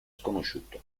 sconosciuto